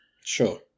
Sure